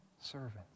servants